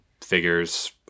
figures